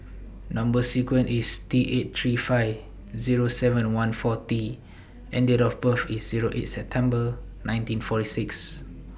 Number sequence IS T eight three five Zero seven one four T and Date of birth IS Zero eight September nineteen forty six